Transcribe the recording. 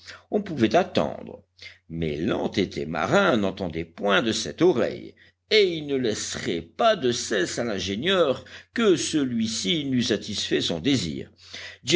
on pouvait attendre mais l'entêté marin n'entendait point de cette oreille et il ne laisserait pas de cesse à l'ingénieur que celuici n'eût satisfait son désir